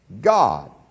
God